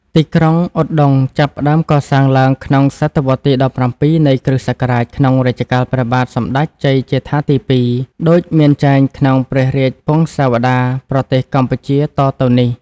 ទីក្រុងឧត្តុង្គចាប់ផ្ដើមកសាងឡើងក្នុងសតវត្សទី ១៧ នៃគ្រិស្តសករាជ ក្នុងរជ្ជកាលព្រះបាទសម្ដេចជ័យជេដ្ឋាទី២ ដូចមានចែងក្នុងព្រះរាជពង្សាវតារប្រទេសកម្ពុជាតទៅនេះ